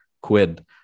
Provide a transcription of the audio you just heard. quid